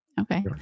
Okay